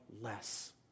less